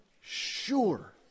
sure